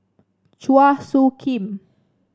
Chua Soo Khim